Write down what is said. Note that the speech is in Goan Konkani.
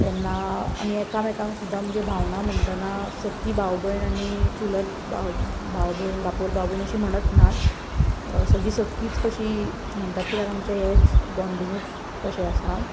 तेन्ना आमी एकामेकांक सुद्दां म्हणजे भावंडां म्हणटना सक्की भाव भयण आनी चुलत भाव भाव भयण भापोल भाव अशीं म्हणत नात सगळाीं सक्कीच कशीं म्हणटात कित्याक आमचे हेच बोन्डिंगूच तशें आसा